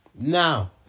Now